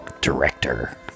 Director